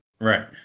Right